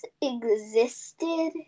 existed